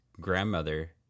grandmother